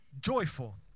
joyful